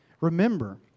Remember